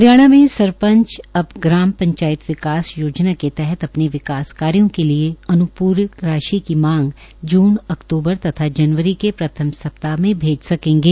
हरियाणा में सरपंच अब ग्राम पंचायत विकास योजना के तहत अपने विकास कार्यों के लिए अनुपुरक राशि की मांग जून अक्तूबर तथा जनवरी के प्रथम सप्ताह में भेज सकेंगे